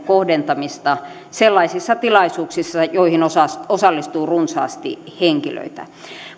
kohdentamista sellaisissa tilaisuuksissa joihin osallistuu osallistuu runsaasti henkilöitä